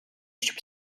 щоб